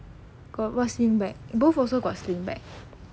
got what sling bag both also got sling bag